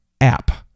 app